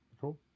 Cool